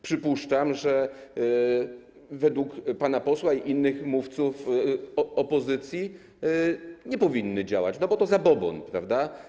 Przypuszczam, że według pana posła i innych mówców opozycji nie powinny one działać, bo to zabobon, prawda?